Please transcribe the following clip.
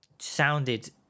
sounded